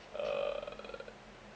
ugh